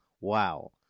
Wow